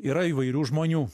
yra įvairių žmonių